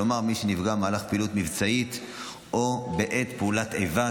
כלומר מי שנפגע במהלך פעילות מבצעית או בעת פעולת איבה,